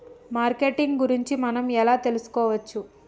Marketing గురించి మనం ఎలా తెలుసుకోవచ్చు?